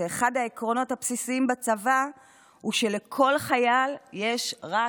שאחד העקרונות הבסיסיים בצבא הוא שלכל חייל יש רק